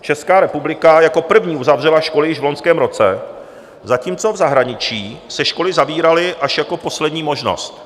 Česká republika jako první uzavřela školy již v loňském roce, zatímco v zahraničí se školy zavíraly až jako poslední možnost.